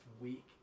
week